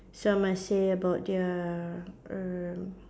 so I must say about their err